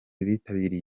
bitabiriye